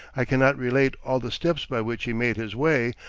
i cannot relate all the steps by which he made his way,